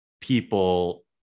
people